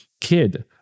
kid